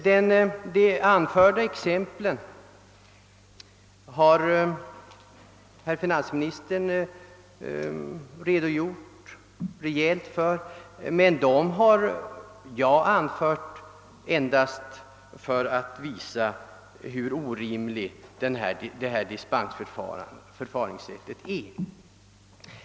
För de anförda exemplen har finansministern lämnat en rejäl redogörelse, men dessa exempel har jag anfört endast för att visa hur orimligt dispensförfarandet är.